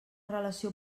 relació